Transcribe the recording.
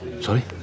Sorry